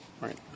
Right